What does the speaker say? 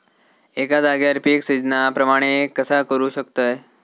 एका जाग्यार पीक सिजना प्रमाणे कसा करुक शकतय?